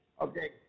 Okay